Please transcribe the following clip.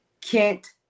Kent